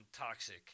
Toxic